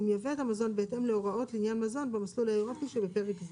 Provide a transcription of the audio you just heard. הוא ייבא את המזון בהתאם להוראות לעניין מזון במסלול האירופי שבפרק זה.